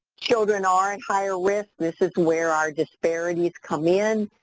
children are in higher risk. this is where our disparities come in.